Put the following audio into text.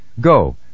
Go